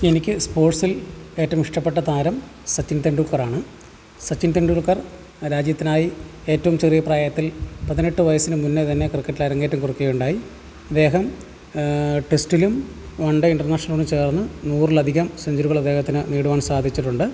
എനിക്ക് സ്പോട്ട്സിൽ ഏറ്റും ഇഷ്ടപ്പെട്ട താരം സച്ചിൻ ടെണ്ടുൽക്കറാണ് സച്ചിൻ ടെണ്ടുൽക്കർ രാജ്യത്തിനായി ഏറ്റവും ചെറിയ പ്രായത്തിൽ പതിനെട്ട് വയസ്സിനു മുൻപേ തന്നെ ക്രിക്കറ്റിൽ അരങ്ങേറ്റം കുറിക്കുകയുണ്ടായി ഇദ്ദേഹം ടെസ്റ്റിലും വൺ ഡേ ഇന്റർനേഷ്ണലിലൂടെ ചേർന്ന് നൂറിലധികം സെഞ്ച്വറികൾ അദ്ദേഹത്തിനു നേടുവാൻ സാധിച്ചിട്ടുണ്ട്